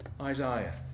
Isaiah